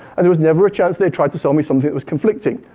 and there was never a chance they'd try to sell me something that was conflicted.